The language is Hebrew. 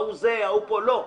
לא,